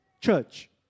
church